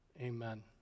amen